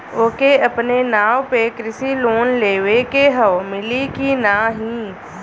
ओके अपने नाव पे कृषि लोन लेवे के हव मिली की ना ही?